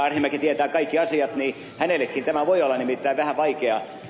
arhinmäki tietää kaikki asiat niin hänellekin tämä voi olla nimittäin vähän vaikea